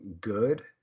good